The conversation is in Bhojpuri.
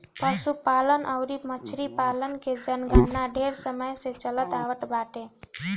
पशुपालन अउरी मछरी पालन के जनगणना ढेर समय से चलत आवत बाटे